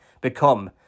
become